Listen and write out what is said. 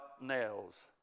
nails